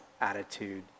attitude